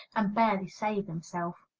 and barely save himself.